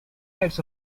types